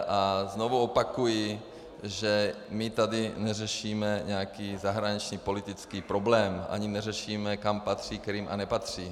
A znovu opakuji, že my tady neřešíme nějaký zahraničněpolitický problém ani neřešíme, kam patří Krym a nepatří.